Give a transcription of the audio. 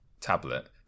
tablet